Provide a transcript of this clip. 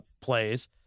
plays